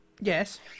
Yes